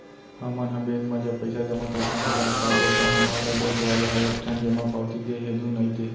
हमन ह बेंक म जब पइसा जमा करथन ता का देखथन हमन ल बेंक वाले ह एक ठन जमा पावती दे हे धुन नइ ते